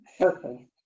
okay